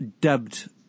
dubbed